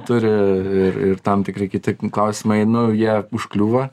turi ir ir tam tikri kiti klausimai nu jie užkliūva